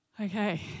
Okay